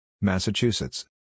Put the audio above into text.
Massachusetts